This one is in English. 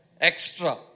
Extra